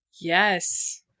Yes